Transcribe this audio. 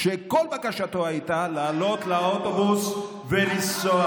כשכל בקשתו הייתה לעלות לאוטובוס ולנסוע